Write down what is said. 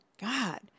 God